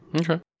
Okay